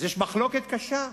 אז יש מחלוקת קשה.